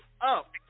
up